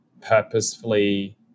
purposefully